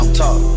talk